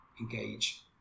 engage